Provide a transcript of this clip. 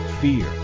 fear